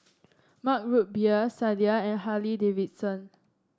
Mug Root Beer Sadia and Harley Davidson